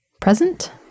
present